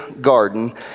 garden